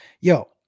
yo